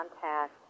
contact